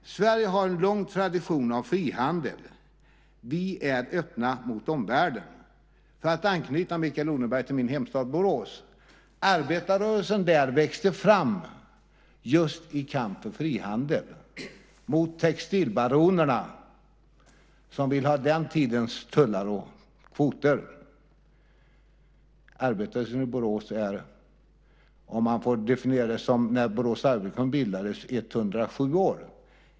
Sverige har en lång tradition av frihandel. Vi är öppna mot omvärlden. För att anknyta, Mikael Odenberg, till min hemstad Borås växte arbetarrörelsen där fram just i kamp för frihandel, mot textilbaronerna som ville ha den tidens tullar och kvoter. Arbetarrörelsen i Borås är 107 år, om man får definiera det utifrån när Borås arbetarkommun bildades.